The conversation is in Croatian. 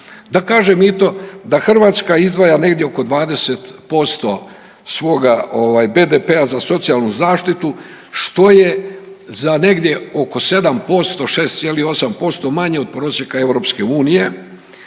Da kažem i to da Hrvatska izdvaja negdje oko 20% svoga ovaj BDP-a za socijalnu zaštitu, što je za negdje oko 7%, 6,8% manje od prosjeka EU